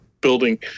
building